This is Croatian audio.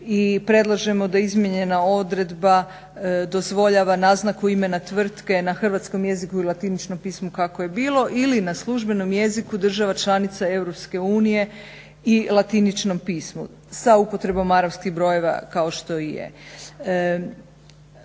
i predlažemo da izmijenjena odredba dozvoljava naznaku imena tvrtke na hrvatskom jeziku i latiničnom pismu kako je bilo ili na službenom jeziku država članica Europske unije i latiničnom pismu, sa upotrebom arapskih brojeva kao što i je.